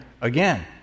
Again